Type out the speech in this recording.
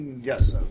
Yes